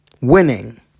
Winning